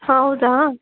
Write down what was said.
ಹೌದಾ